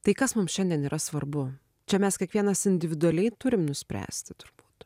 tai kas mums šiandien yra svarbu čia mes kiekvienas individualiai turim nuspręsti turbūt